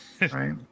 Right